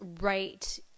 right